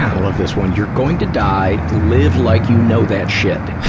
i love this one. you're going to die. live like you know that shit.